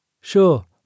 Sure